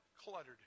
cluttered